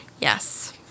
Yes